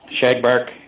Shagbark